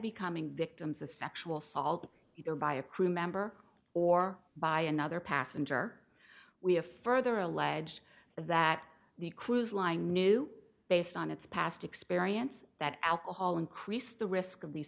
becoming victims of sexual assault either by a crew member or by another passenger we have further alleged that the cruise line knew based on its past experience that alcohol increased the risk of the